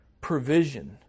provision